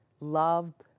loved